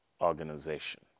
organization